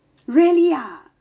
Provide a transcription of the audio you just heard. really ah